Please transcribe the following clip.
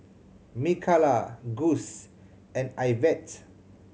Mikala Gus and Ivette